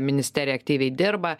ministerija aktyviai dirba